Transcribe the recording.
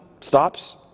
stops